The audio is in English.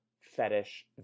fetish